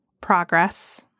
progress